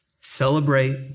Celebrate